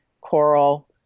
coral